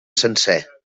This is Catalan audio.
sencer